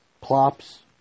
plops